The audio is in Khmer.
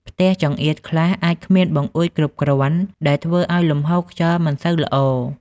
ផ្ទះចង្អៀតខ្លះអាចគ្មានបង្អួចគ្រប់គ្រាន់ ដែលធ្វើឲ្យលំហូរខ្យល់មិនសូវល្អ។